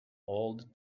old